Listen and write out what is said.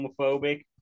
homophobic